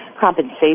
compensation